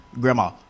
grandma